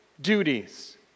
duties